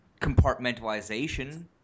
compartmentalization